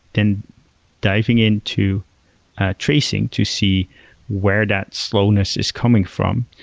then diving into tracing to see where that slowness is coming from,